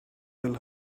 will